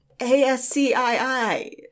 A-S-C-I-I